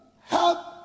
help